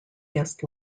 guest